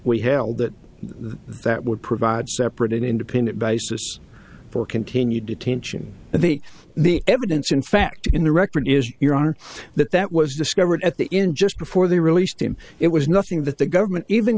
we held that that would provide separate independent basis for continued detention and the the evidence in fact in the record is your honor that that was discovered at the end just before they released him it was nothing that the government even